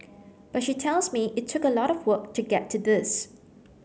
but she tells me it took a lot of work to get to this